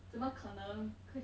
怎么可能